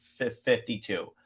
52